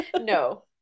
no